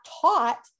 taught